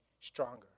stronger